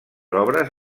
obres